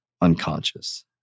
unconscious